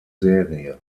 serie